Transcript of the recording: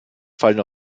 fallen